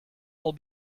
will